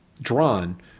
drawn